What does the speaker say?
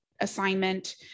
assignment